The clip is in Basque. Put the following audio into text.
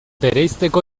bereizteko